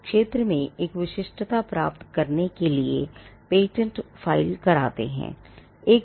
लोग क्षेत्र में एक विशिष्टता प्राप्त करने के लिए पेटेंट फाइल कराते हैं